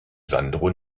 sandro